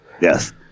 Yes